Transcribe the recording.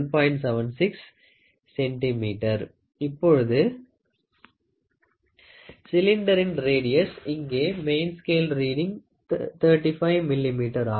76 cm இப்பொழுது சிலிண்டரின் radius இங்கே மெயின் ஸ்கேல் ரீடிங் 35 மில்லிமீட்டராகும் அது 3